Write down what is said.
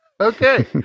Okay